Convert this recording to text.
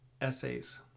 essays